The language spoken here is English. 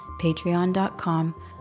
patreon.com